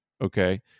okay